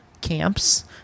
camps